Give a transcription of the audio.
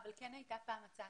אבל כן הייתה פעם הצעה.